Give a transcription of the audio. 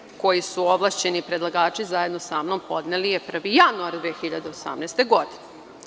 Predlog koji su ovlašćeni predlagači zajedno sa mnom podneli je 1. januar 2018. godine.